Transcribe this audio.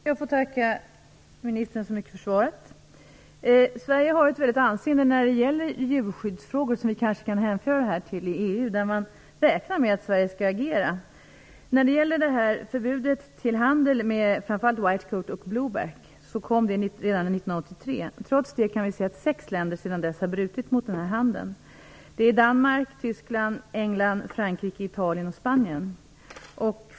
Herr talman! Jag får tacka ministern så mycket för svaret. Sverige har ett högt anseende när det gäller djurskyddsfrågor i EU, som vi kanske kan hänföra den här frågan till. Man räknar med att Sverige skall agera. Förbudet mot handel med framför allt whitecoat och blueback kom redan 1983. Trots det har vi kunnat konstatera att sex länder har brutit mot den bestämmelsen sedan dess. Det gäller Danmark, Tyskland, England, Frankrike, Italien och Spanien.